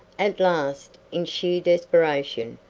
at last, in sheer desperation,